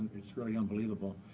it's really unbelievable,